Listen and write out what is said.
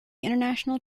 international